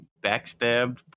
backstabbed